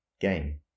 game